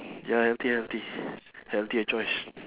ya healthy healthy healthier choice